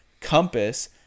compass